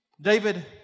David